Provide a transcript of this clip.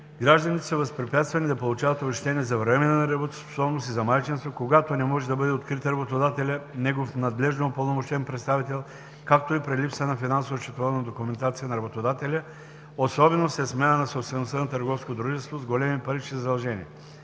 Гражданите са възпрепятствани да получават обезщетения за временна неработоспособност и за майчинство, когато не може да бъде открит работодателят/негов надлежно упълномощен представител, както и при липса на финансово-счетоводна документация на работодателя, особено след смяна на собствеността на търговско дружество с големи парични задължения.